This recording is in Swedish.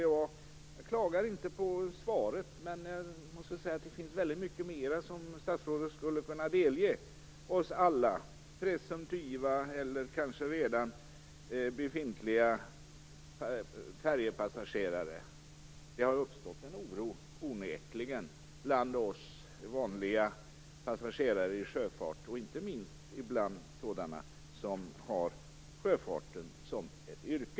Jag klagar inte på svaret, men det finns mycket mer som statsrådet skulle kunna delge alla oss presumtiva, eller kanske redan befintliga, färjepassagerare. Det har onekligen uppstått en oro bland oss vanliga passagerare i sjöfarten och inte minst bland dem som har sjöfarten som yrke.